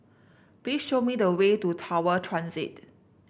please show me the way to Tower Transit